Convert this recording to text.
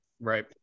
Right